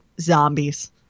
zombies